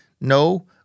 no